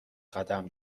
قدم